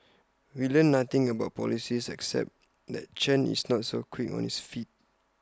we learnt nothing about policies except that Chen is not so quick on his feet